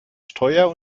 steuer